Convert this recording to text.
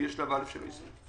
אז יהיה שלב א' של היישום.